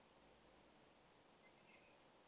uh